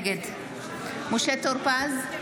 נגד משה טור פז,